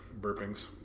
burpings